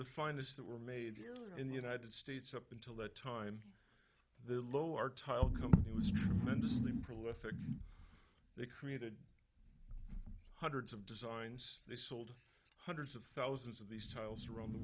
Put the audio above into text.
the finest that were made in the united states up until that time the lower tile company was prolific they created hundreds of designs they sold hundreds of thousands of these tiles around the